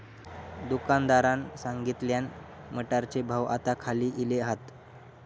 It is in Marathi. दुकानदारान सांगल्यान, मटारचे भाव आता खाली इले हात